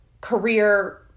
career